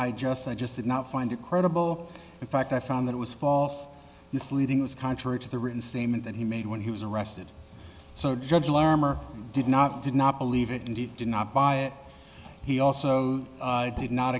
i just i just did not find it credible in fact i found that was false misleading as contrary to the written same in that he made when he was arrested so judge alarm or did not did not believe it indeed did not buy it he also did did not